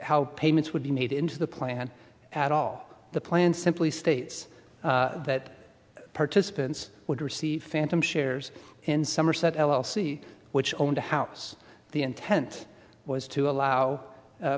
how payments would be made into the plan at all the plan simply states that participants would receive phantom shares in somerset l l c which owned a house the intent was to allow